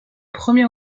premier